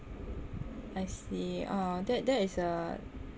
I see ah that that is a